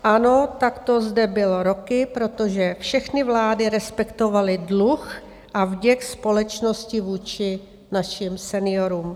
Ano, takto zde byl roky, protože všechny vlády respektovaly dluh a vděk společnosti vůči našim seniorům.